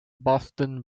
boston